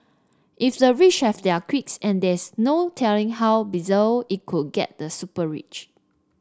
if the rich have their quirks and there's no telling how bizarre it could get the super rich